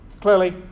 Clearly